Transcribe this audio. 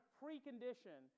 precondition